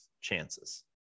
chances